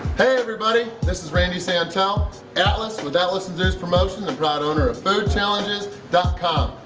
hey everybody this is randy santel atlas with atlas and zeus promotions and proud owner of foodchallenges com!